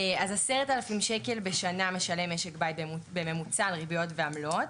אז 10,000 ש"ח בשנה משלם משק בית בממוצע על ריביות ועמלות.